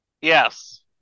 Yes